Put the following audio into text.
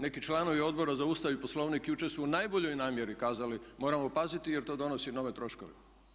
Neki članovi Odbora za Ustav i Poslovnik jučer su u najboljoj namjeri kazali moramo paziti jer to donosi nove troškove.